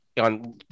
on